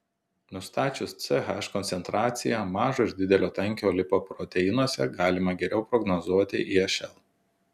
nustačius ch koncentraciją mažo ir didelio tankio lipoproteinuose galima geriau prognozuoti išl